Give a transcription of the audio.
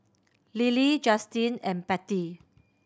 Lilly Justine and Patty